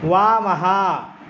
वामः